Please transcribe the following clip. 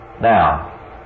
Now